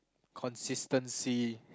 consistency